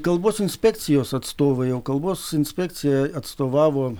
kalbos inspekcijos atstovai o kalbos inspekcija atstovavo